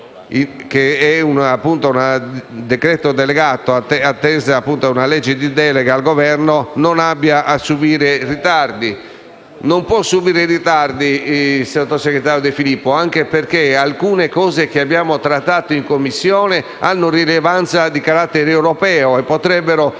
che questa legge, che è appunto una legge di delega al Governo, non debba subire ritardi. Non può subirne, signor sottosegretario De Filippo, anche perché alcuni argomenti che abbiamo trattato in Commissione hanno rilevanza di carattere europeo e potrebbero,